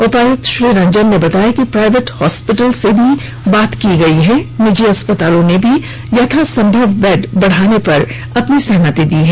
उपायुक्त रंजन ने बताया कि प्राइवेट हॉस्पिटल से भी बात की गई है निजी अस्पतालों ने भी यथासंभव बेड बढ़ाने पर अपनी सहमति दी है